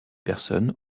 personnes